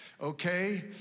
Okay